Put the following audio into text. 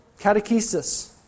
Catechesis